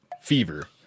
fever